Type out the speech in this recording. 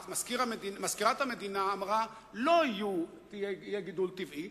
מזכירת המדינה אמרה: לא יהיה גידול טבעי,